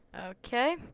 Okay